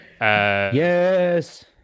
Yes